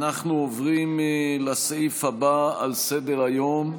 אנחנו עוברים לסעיף הבא על סדר-היום: